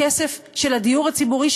הכסף של הדיור הציבורי,